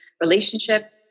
relationship